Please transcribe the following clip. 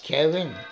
Kevin